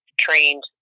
trained